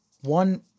one